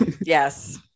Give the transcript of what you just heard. yes